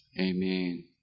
amen